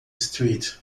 street